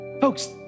Folks